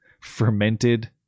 fermented